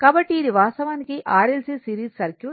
కాబట్టి ఇది వాస్తవానికి R L Cసిరీస్ సర్క్యూట్